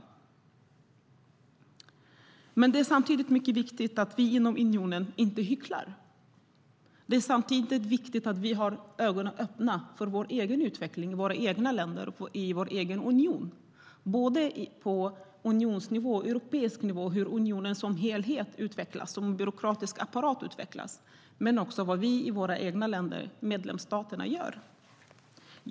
Samtidigt är det mycket viktigt att vi inom unionen inte hycklar utan har ögonen öppna för utvecklingen i våra egna länder och i vår egen union. Det gäller på unionsnivå, hur unionen som helhet och som byråkratisk apparat utvecklas, och också vad vi i våra egna länder, i medlemsstaterna, gör.